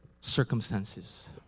circumstances